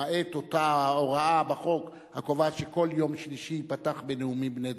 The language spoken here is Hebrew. למעט אותה הוראה בחוק הקובעת שכל יום שלישי ייפתח בנאומים בני דקה,